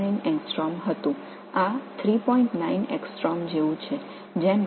19 angstrom என்பதால் இது 3